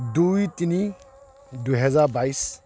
দুই তিনি দুহেজাৰ বাইছ